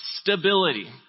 stability